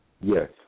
yes